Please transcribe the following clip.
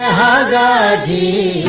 da da